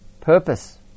purpose